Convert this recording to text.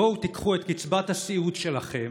בואו תיקחו את קצבת הסיעוד שלכם,